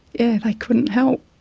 yeah, they couldn't help.